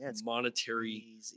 monetary